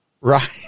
Right